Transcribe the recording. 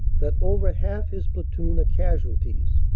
that over half his platoen are casualties,